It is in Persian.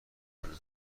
کنه